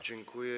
Dziękuję.